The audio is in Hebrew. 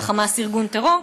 וה"חמאס" הוא ארגון טרור,